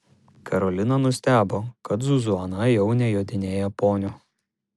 karolina nustebo kad zuzana jau nejodinėja poniu